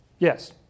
Yes